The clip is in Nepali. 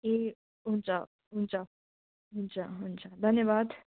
ए हुन्छ हुन्छ हुन्छ हुन्छ धन्यवाद